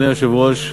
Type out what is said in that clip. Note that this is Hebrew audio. אדוני היושב-ראש,